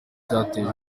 cyateje